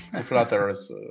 flutters